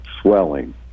swelling